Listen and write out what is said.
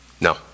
No